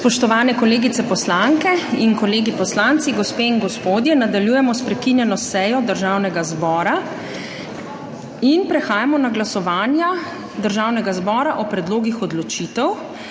Spoštovani kolegice poslanke in kolegi poslanci, gospe in gospodje, nadaljujemo s prekinjeno sejo Državnega zbora. In prehajamo na glasovanja Državnega zbora o predlogih odločitev.